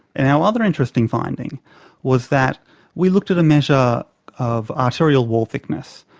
and our other interesting finding was that we looked at a measure of arterial wall thickness,